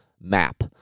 map